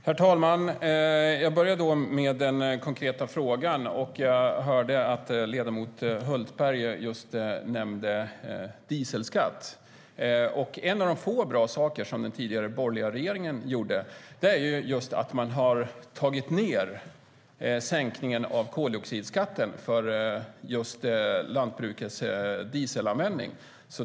Herr talman! Jag börjar med den konkreta frågan. Jag hörde att ledamot Hultberg just nämnde dieselskatt. En av de få bra saker som den tidigare borgerliga regeringen gjorde var att man tog ned sänkningen av koldioxidskatten när det gällde just lantbrukets dieselanvändning.